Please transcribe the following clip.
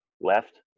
left